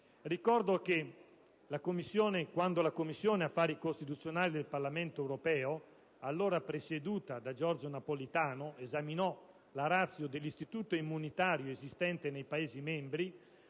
Ricordo che quando la Commissione affari costituzionali del Parlamento europeo, allora presieduta da Giorgio Napolitano, esaminò la *ratio* dell'istituto immunitario esistente nei Paesi membri,